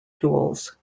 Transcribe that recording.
tools